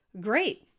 great